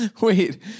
Wait